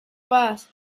paz